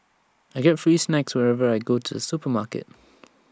I get free snacks wherever I go to the supermarket